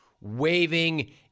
waving